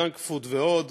הג'אנק פוד ועוד.